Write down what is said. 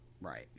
Right